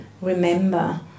remember